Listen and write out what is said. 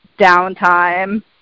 downtime